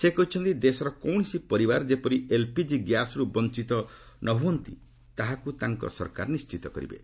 ସେ କହିଛନ୍ତି ଦେଶର କୌଣସି ପରିବାର ଯେପରି ଏଲ୍ପିଜି ଗ୍ୟାସ୍ରୁ ବଞ୍ଚିତ ନହୁଏ ତାହାକୁ ତାଙ୍କ ସରକାର ନିଶ୍ଚିତ କରିବେ